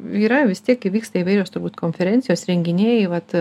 yrą vis tiek įvyksta įvairios turbūt konferencijos renginiai vat